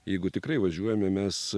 jeigu tikrai važiuojame mes